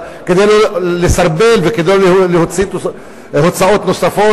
כדי לא לסרבל וכדי לא להוציא הוצאות נוספות